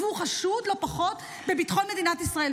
הוא חשוד, לא פחות, בפגיעה ביטחון מדינת ישראל.